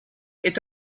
est